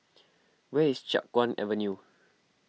where is Chiap Guan Avenue